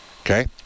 Okay